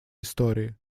истории